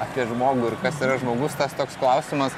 apie žmogų ir kas yra žmogus tas toks klausimas